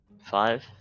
Five